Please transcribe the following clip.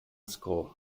score